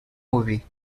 movie